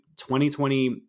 2020